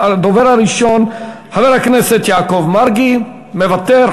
הדובר הראשון, חבר כנסת יעקב מרגי, מוותר.